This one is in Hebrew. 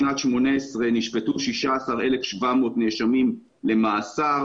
בשנת 2018 נשפטו 16,700 נאשמים למאסר.